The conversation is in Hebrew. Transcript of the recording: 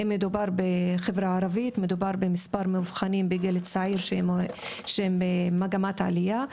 בחברה הערבית מדובר במספר מאובחנים בגיל צעיר וזה במגמת עלייה,